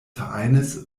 vereines